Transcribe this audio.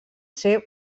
ser